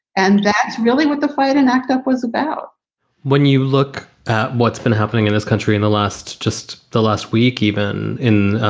and that's really what the fight and act up was about when you look at what's been happening in this country in the last just the last week, even in